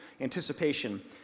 anticipation